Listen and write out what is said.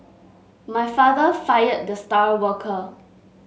my father fired the star worker